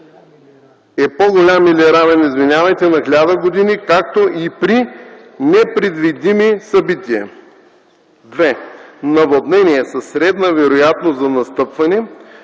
е по-голям или равен на 1000 години, както и при непредвидими събития; 2. наводнения със средна вероятност за настъпване,